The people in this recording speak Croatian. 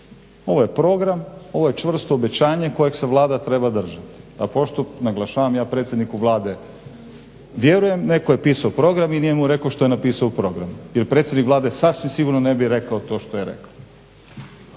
Ovo je Program, ovo je čvrsto obećanje kojeg se Vlada treba držati, a pošto naglašava ja predsjedniku vjerujem, netko je pisao program i nije mu rekao što je napisao u Program, jer predsjednik Vlade sasvim sigurno ne bi rekao to što je rekao.